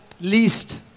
Least